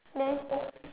then